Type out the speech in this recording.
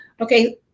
Okay